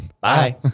Bye